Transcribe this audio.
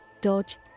dodge